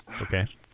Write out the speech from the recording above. Okay